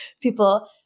People